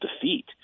defeat